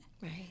Right